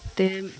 ਅਤੇ